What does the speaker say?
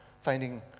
finding